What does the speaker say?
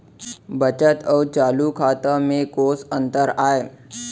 बचत अऊ चालू खाता में कोस अंतर आय?